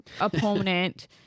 opponent